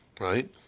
right